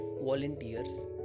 volunteers